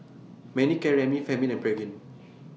Manicare Remifemin and Pregain